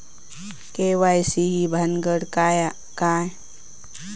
KYC ही भानगड काय?